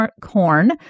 corn